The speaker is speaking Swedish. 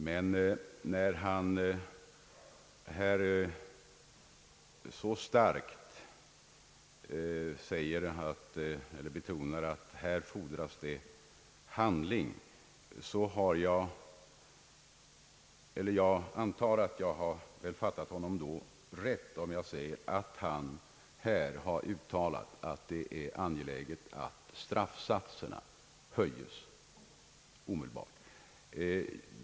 Men när han så starkt betonar att det här fordras handling antar jag att jag har fattat honom rätt om jag säger att han här har uttalat att det är angeläget att straffsatserna höjs omedelbart.